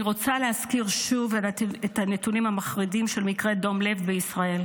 אני רוצה להזכיר שוב את הנתונים המחרידים של מקרי דום לב בישראל.